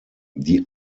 die